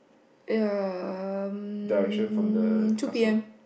um two P_M